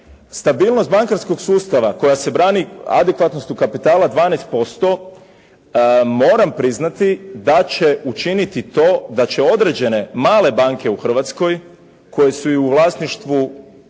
stabilnost bankarskog sustava koja se brani adekvatnosti kapitala 12%, moram priznati da će učiniti to da će određene male banke u Hrvatskoj koje su i u vlasništvu